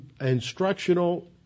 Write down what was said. instructional